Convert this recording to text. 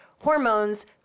hormones